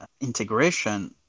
integration